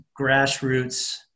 grassroots